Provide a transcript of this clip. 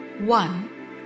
One